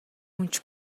өмч